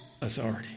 authority